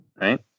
Right